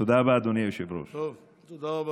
תודה רבה,